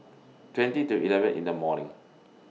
twenty to eleven in The morning